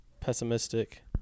pessimistic